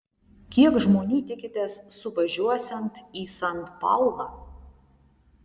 kiek žmonių tikitės suvažiuosiant į san paulą